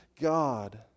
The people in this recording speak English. God